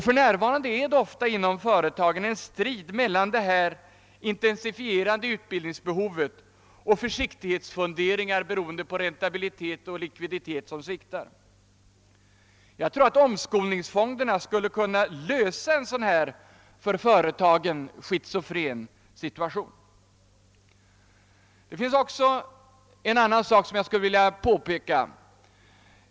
För närvarande pågår det ofta inom företagen en strid mellan detta intensifierade utbildningsbehov och försiktighetsfunderingar förorsakade av att räntabilitet och likviditet sviktar. Jag tror att omskolningsfonderna skulle kunna lösa en sådan för företagen schizofren situation. Jag vill också påpeka en annan sak.